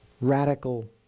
Radical